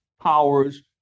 powers